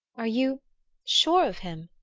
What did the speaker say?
are you sure of him?